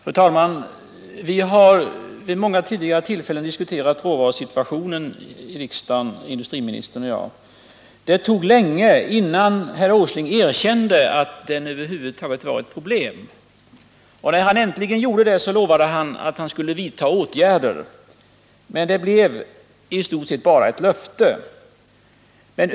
Fru talman! Industriministern och jag har vid många tidigare tillfällen här i riksdagen diskuterat råvarusituationen. Det tog lång tid innan herr Asling erkände att den över huvud taget var ett problem. När han äntligen gjorde det, Iövade han att vidta åtgärder. Men det blev i stort sett bara ett löfte.